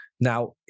Now